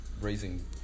raising